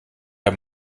der